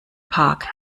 park